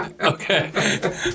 Okay